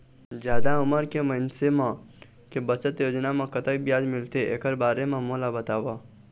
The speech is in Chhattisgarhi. जादा उमर के मइनसे मन के बचत योजना म कतक ब्याज मिलथे एकर बारे म मोला बताव?